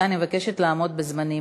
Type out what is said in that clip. רבותי, אני מבקשת לעמוד בזמנים.